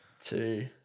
two